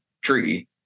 tree